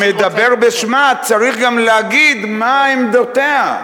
המדבר בשמה צריך גם להגיד מה עמדותיה.